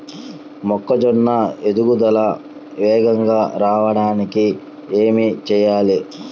మొక్కజోన్న ఎదుగుదల వేగంగా రావడానికి ఏమి చెయ్యాలి?